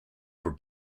for